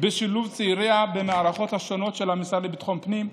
בשילוב צעיריה במערכות השונות של המשרד לביטחון פנים.